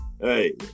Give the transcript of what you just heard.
hey